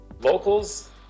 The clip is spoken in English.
Locals